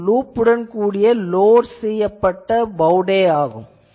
இதுவே லூப் உடன் கூடிய லோட் செய்யப்பட்ட பௌ டை ஆன்டெனா ஆகும்